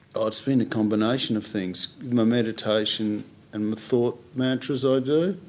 oh it's been a combination of things. my meditation and the thought mantras i do.